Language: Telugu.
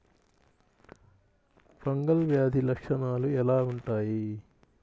ఫంగల్ వ్యాధి లక్షనాలు ఎలా వుంటాయి?